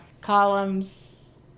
columns